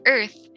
Earth